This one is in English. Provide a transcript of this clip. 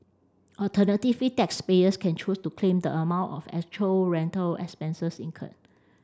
alternatively taxpayers can choose to claim the amount of actual rental expenses incurred